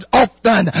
often